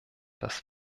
das